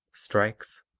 strikes,